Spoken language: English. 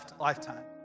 lifetime